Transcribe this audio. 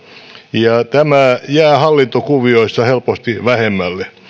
ja tämä jää hallintokuvioissa helposti vähemmälle